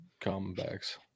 comebacks